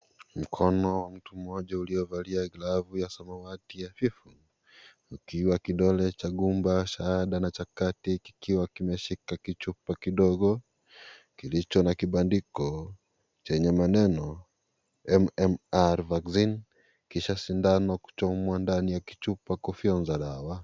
Mkononi wa mtu mmoja aliyevaa glavu ya samawati hafifu ukiwa kidole cha gumba, shahada na cha kati kimeshika kichupa kidogo kilicho na kibandiko chenye maneno MMR vaccine, kisha sindano kuchomwa ndani ya kichupa kufyonza dawa.